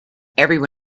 everyone